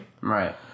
right